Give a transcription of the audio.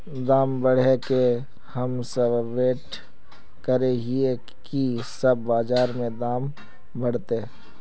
दाम बढ़े के हम सब वैट करे हिये की कब बाजार में दाम बढ़ते?